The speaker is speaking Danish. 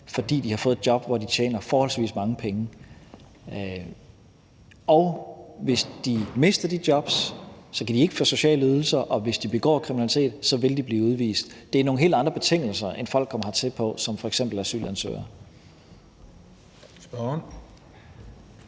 fordi de har fået et job, hvor de tjener forholdsvis mange penge. Og hvis de mister de jobs, kan de ikke få sociale ydelser, og hvis de begår kriminalitet, vil de blive udvist. Det er nogle helt andre betingelser, end folk kommer hertil på som f.eks. asylansøgere.